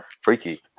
freaky